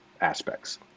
aspects